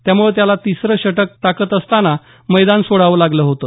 त्यामुळं त्याला तिसरं षटक टाकत असताना मैदान सोडावं लागलं होतं